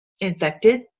infected